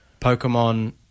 Pokemon